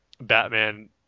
Batman